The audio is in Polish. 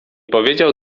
powiedział